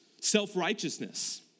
Self-righteousness